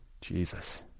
Jesus